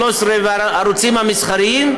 13 והערוצים המסחריים.